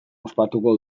ospatuko